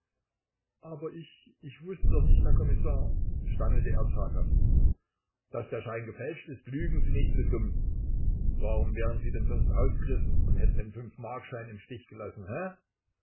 aber ich ich wußte doch nicht herr kommissar stammelte er zaghaft daß der schein gefälscht ist lügen sie nicht so dumm warum wären sie denn sonst ausgerissen und hätten den fünfmarkschein im stich gelassen he